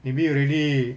maybe already